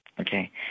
Okay